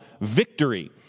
victory